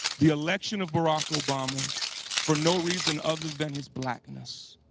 the election of barack obama for no reason other than his blackness